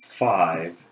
five